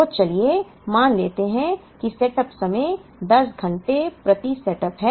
तो चलिए मान लेते हैं कि सेटअप समय 10 घंटे प्रति सेटअप है